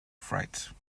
fright